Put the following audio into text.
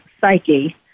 psyche